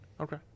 Okay